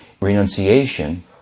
renunciation